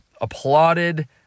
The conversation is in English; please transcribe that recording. applauded